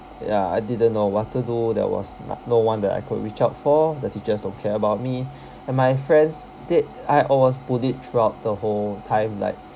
ya I didn't know what to do there was n~ no one that I could reach out for the teachers don't care about me and my friends did I I was bullied throughout the whole time like